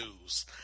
news